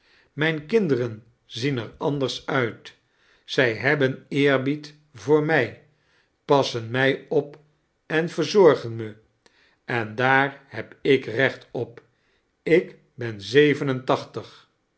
mijn kinderen zien er anders uit zij hebben eerbied voor mij passen mij op en verzorgen me en daar heb ik recht op ik ben